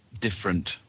different